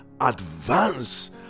advance